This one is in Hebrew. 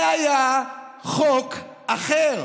זה היה חוק אחר.